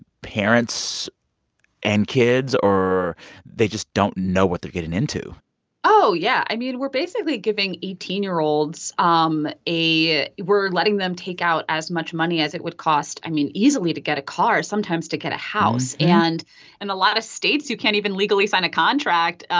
parents and kids or they just don't know what they're getting into oh, yeah. i mean, we're basically giving eighteen year olds um a we're letting them take out as much money as it would cost, i mean, easily, to get a car sometimes to get a house. and in and a lot of states, you can't even legally sign a contract. yeah.